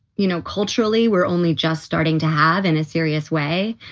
you know. culturally, we're only just starting to have in a serious way.